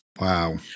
Wow